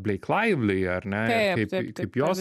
bleik laivli ar ne kaip kaip jos